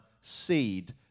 seed